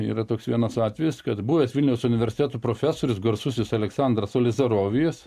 yra toks vienas atvejis kad buvęs vilniaus universiteto profesorius garsusis aleksandras olizarovijus